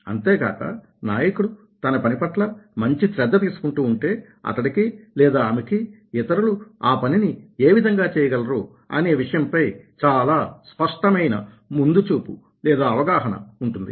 అంతేకాక నాయకుడు తన పని పట్ల మంచి శ్రద్ధ తీసుకుంటూ ఉంటే అతడికి లేదా ఆమెకి ఇతరులు ఆ పనిని ఏ విధంగా చేయగలరు అనే విషయంపై చాలా చాలా స్పష్టమైన ముందుచూపు లేదా అవగాహన ఉంటుంది